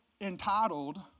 entitled